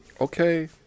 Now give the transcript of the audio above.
Okay